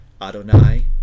Adonai